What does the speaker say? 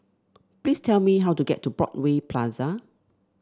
please tell me how to get to Broadway Plaza